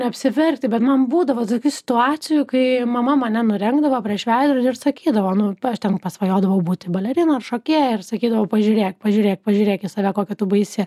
neapsiverkti bet man būdavo tokių situacijų kai mama mane nurengdavo prieš veidrodį ir sakydavo nu aš ten pasvajodavau būti balerina šokėja ir sakydavau pažiūrėk pažiūrėk pažiūrėk į save kokia tu baisi